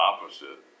Opposite